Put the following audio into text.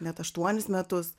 net aštuonis metus